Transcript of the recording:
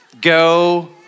go